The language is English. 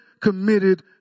committed